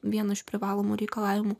vienu iš privalomų reikalavimų